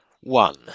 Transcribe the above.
one